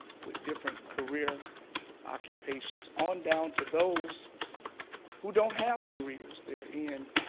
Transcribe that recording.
with different career occupations, on down to those who don't have careers they're in,